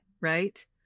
Right